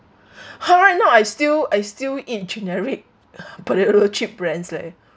ha right now I still I still eat generic potato chip brands leh